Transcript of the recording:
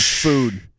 food